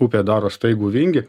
upė daro staigų vingį